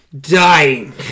dying